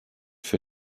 für